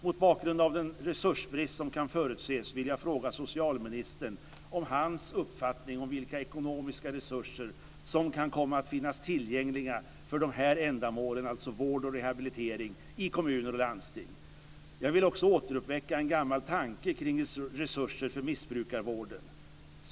Mot bakgrund av den resursbrist som kan förutses vill jag fråga socialministern om hans uppfattning om vilka ekonomiska resurser som kan komma att finnas tillgängliga för de här ändamålen, alltså vård och rehabilitering, i kommuner och landsting. Jag vill också återuppväcka en gammal tanke kring resurser för missbrukarvården.